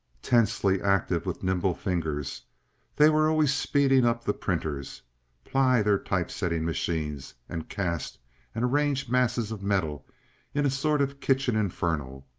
tensely active with nimble fingers they were always speeding up the printers ply their type-setting machines, and cast and arrange masses of metal in a sort of kitchen inferno,